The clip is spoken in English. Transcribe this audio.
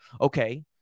Okay